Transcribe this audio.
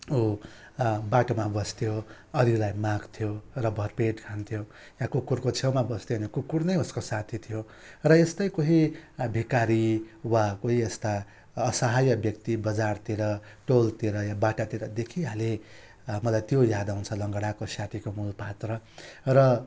ऊ बाटोमा बस्थ्यो अरू बेला माग्थ्यो र भरपेट खान्थ्यो यहाँ कुकुरको छेउमा बस्थ्यो अनि कुकुर नै उसको साथी थियो र यस्तै कोही भिकारी वा कोही यस्ता असहाय व्यक्ति बजारतिर टोलतिर या बाटातिर देखिहाले मलाई त्यो याद आउँछ लङ्गडाको साथीको मूलपात्र र